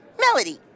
Melody